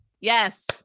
yes